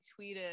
tweeted